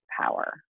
power